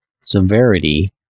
severity